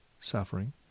suffering